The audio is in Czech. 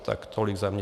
Tak tolik za mne.